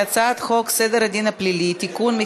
ההצעה להעביר את הצעת חוק סדר הדין הפלילי (תיקון,